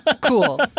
Cool